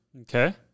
Okay